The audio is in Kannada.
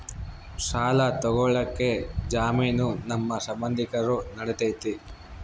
ಸಾಲ ತೊಗೋಳಕ್ಕೆ ಜಾಮೇನು ನಮ್ಮ ಸಂಬಂಧಿಕರು ನಡಿತೈತಿ?